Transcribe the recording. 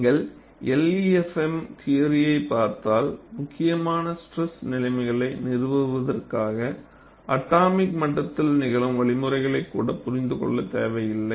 நீங்கள் LEFM theory பார்த்தால் முக்கியமான ஸ்ட்ரெஸ் நிலைமைகளை நிறுவுவதற்காக அட்டாமிக் மட்டத்தில் நிகழும் வழிமுறைகளை கூட புரிந்து கொள்ள தேவையில்லை